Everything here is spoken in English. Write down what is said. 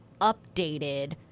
updated